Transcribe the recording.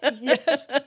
Yes